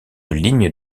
ligne